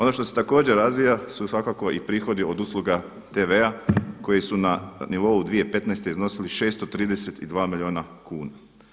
Ono što se također razvija su svakako i prihodi od usluga TV-a koji su na nivou 2015. iznosili 632 milijuna kuna.